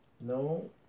No